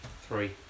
three